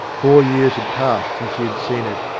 four years had passed since he had seen it,